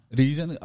reason